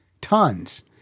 Tons